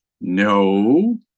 no